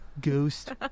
Ghost